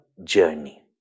Journey